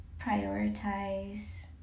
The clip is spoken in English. prioritize